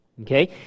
Okay